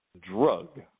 drug